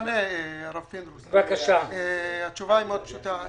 אענה הרב פינדרוס, התשובה היא מאוד פשוטה: